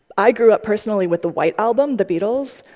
i grew up personally with the white album, the beatles,